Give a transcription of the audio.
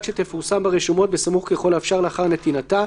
שתפורסם ברשומות בסמוך ככל האפשר לאחר נתינתה.